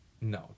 No